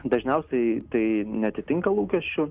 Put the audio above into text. dažniausiai tai neatitinka lūkesčių